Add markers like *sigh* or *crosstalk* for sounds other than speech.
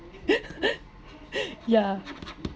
*laughs* yeah